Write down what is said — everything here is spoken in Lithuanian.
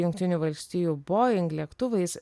jungtinių valstijų boing lėktuvais